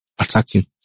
attacking